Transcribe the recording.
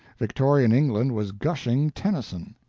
victorian england was gushing tennyson.